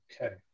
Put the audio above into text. Okay